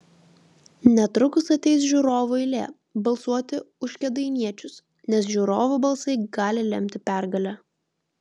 netrukus ateis žiūrovų eilė balsuoti už kėdainiečius nes žiūrovų balsai gali lemti pergalę